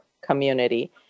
community